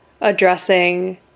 addressing